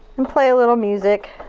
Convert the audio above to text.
and play a little music.